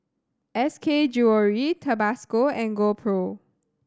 S K Jewellery Tabasco and GoPro